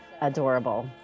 adorable